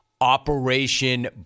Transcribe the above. Operation